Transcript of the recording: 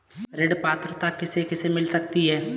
ऋण पात्रता किसे किसे मिल सकती है?